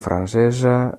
francesa